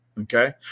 okay